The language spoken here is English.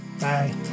Bye